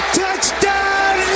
touchdown